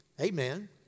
Amen